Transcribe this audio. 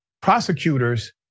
Prosecutors